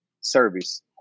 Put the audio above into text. service